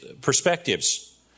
perspectives